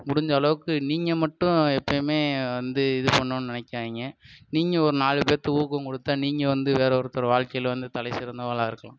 முடிஞ்ச அளவுக்கு நீங்கள் மட்டும் எப்போயுமே வந்து இது பண்ணுன்னு நினைக்காதீங்க நீங்கள் ஒரு நாலு பேத்துக்கு ஊக்கம் கொடுத்தா நீங்கள் வந்து வேறே ஒருத்தரு வாழ்க்கையில் வந்து தலை சிறந்தவங்களா இருக்கலாம்